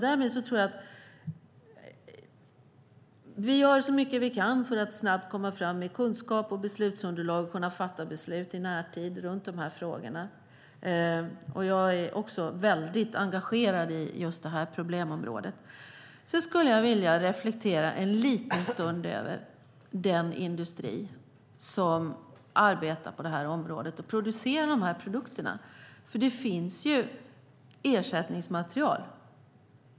Därmed gör vi så mycket vi kan för att snabbt komma fram med kunskap och beslutsunderlag för att kunna fatta beslut i närtid i de här frågorna. Jag är också väldigt engagerad i just det här problemområdet. Jag skulle vilja reflektera en liten stund över den industri som arbetar på det här området och producerar de här produkterna, för det finns ju ersättningsmaterial.